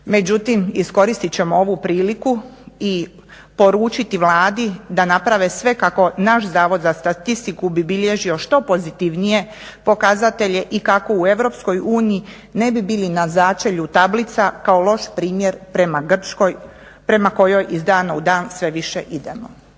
Međutim iskoristit ćemo ovu priliku i poručiti Vladi da naprave sve kako naš Zavod za statistiku bi bilježio što pozitivnije pokazatelje i kako u EU ne bi bili na začelju tablica kao loš primjer prema Grčkoj prema kojoj iz dana u dan sve više idemo.